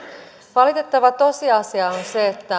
valitettava tosiasia on se